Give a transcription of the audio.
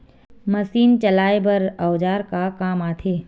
Machine चलाए बर औजार का काम आथे?